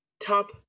Top